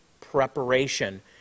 preparation